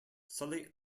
sully